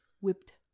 whipped